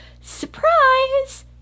Surprise